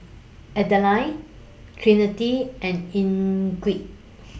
Adline Trinity and Enrique